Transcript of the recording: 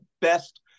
best